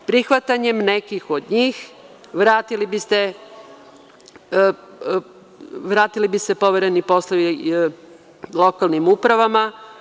Prihvatanjem nekih od njih, vratili bi se povereni poslovi lokalnim upravama.